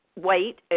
Wait